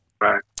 right